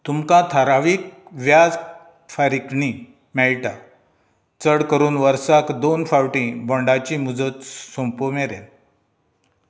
तुमकां थारावीक व्याज फारीकली मेळटा चड करून वर्साक दोन फावटीं बॉण्डाची मुजत सोंप मेरेन